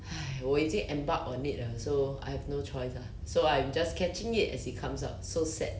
!hais! 我已经 embark on it lah so I have no choice ah so I'm just catching it as it comes up so sad